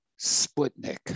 Sputnik